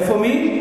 איפה מי?